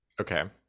Okay